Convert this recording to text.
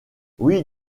oui